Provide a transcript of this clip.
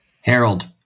Harold